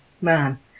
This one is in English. man